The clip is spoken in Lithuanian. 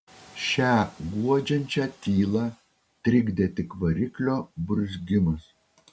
šią guodžiančią tylą trikdė tik variklio burzgimas